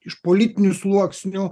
iš politinių sluoksnių